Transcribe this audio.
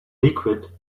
liquid